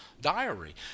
diary